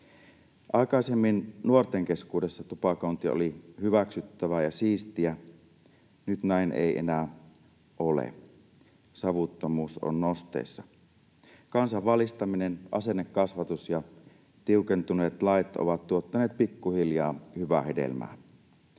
Aikaisemmin nuorten keskuudessa tupakointi oli hyväksyttävää ja siistiä. Nyt näin ei enää ole. Savuttomuus on nosteessa. Kansan valistaminen, asennekasvatus ja tiukentuneet lait ovat tuottaneet pikkuhiljaa hyvää hedelmää.